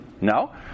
No